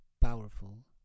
powerful